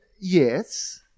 yes